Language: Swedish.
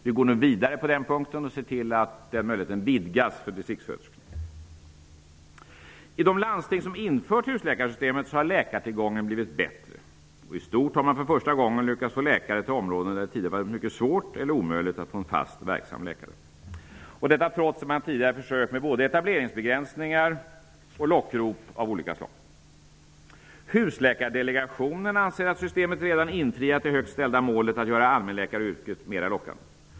Vi går nu vidare på den punkten och ser till att den möjligheten vidgas för distriktssköterskorna. I de landsting som har infört husläkarsystemet har läkartillgången blivit bättre, och i stort sett har man för första gången lyckats få läkare till områden där det tidigare har varit mycket svårt eller omöjligt att få en fast verksam läkare -- detta trots att man tidigare har försökt med både etableringsbegränsningar och lockrop av olika slag. Husläkardelegationen anser att systemet redan har infriat det högt ställda målet att göra allmänläkaryrket mer lockande.